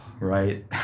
right